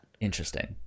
Interesting